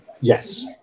Yes